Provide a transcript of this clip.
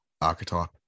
archetype